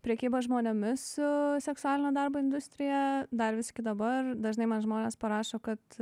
prekyba žmonėmis seksualinio darbo industrija dar vis iki dabar dažnai žmonės parašo kad